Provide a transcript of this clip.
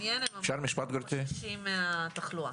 הם אמרו שהם חוששים מן התחלואה.